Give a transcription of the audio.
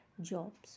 jobs